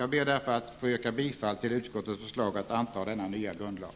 Jag yrkar därför bifall till utskottets förslag att anta denna nya grundlag.